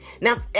Now